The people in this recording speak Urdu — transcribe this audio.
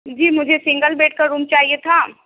جی مجھے سنگل بیڈ کا روم چاہیے تھا